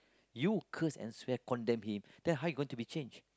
you curse and swear condemn him then how he going to be changed